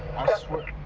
i swear